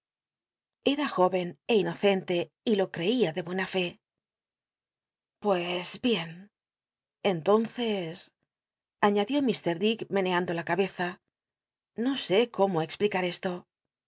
era jóvcn é inocente y lo creia de buena fé pues bien entonces aiíadió mr dick meneando la cabeza no sé cómo explic ar esto